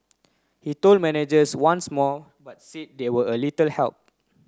he told managers once more but said they were a little help